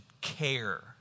care